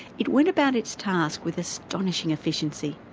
it went about its task with astonishing efficiency.